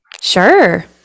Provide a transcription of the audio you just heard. sure